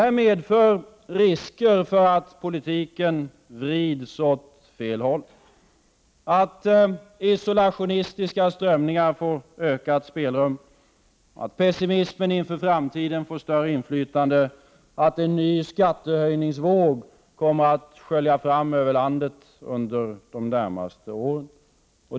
Detta medför risker för att politiken vrids åt fel håll, för att isolationistiska strömningar får ökat spelrum, för att pessimism inför framtiden får större inflytande och för att en ny skattehöjningsvåg kommer att skölja fram över landet under de närmaste åren.